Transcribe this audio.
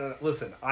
Listen